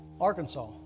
Arkansas